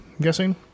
guessing